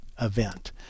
event